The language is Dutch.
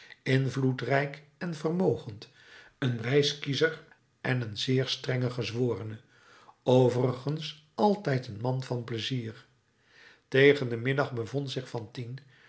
invloedrijk en vermogend een wijs kiezer en een zeer streng gezworene overigens altijd een man van pleizier tegen den middag bevond zich